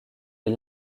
est